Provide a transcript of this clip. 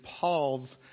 Paul's